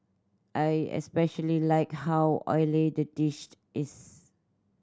I especially like how oily the dish is